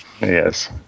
Yes